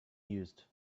used